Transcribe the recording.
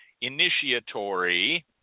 initiatory